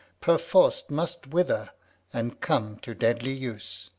perforce must wither and come to deadly use.